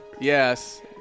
Yes